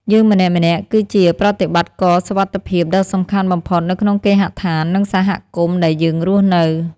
យើងម្នាក់ៗ គឺជាប្រតិបត្តិករសុវត្ថិភាពដ៏សំខាន់បំផុតនៅក្នុងគេហដ្ឋាន និងសហគមន៍ដែលយើងរស់នៅ។